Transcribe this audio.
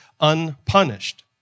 unpunished